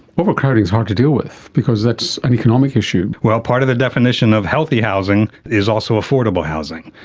overcrowding is hard to deal with because that's an economic issue. well, part of the definition of healthy housing is also affordable housing.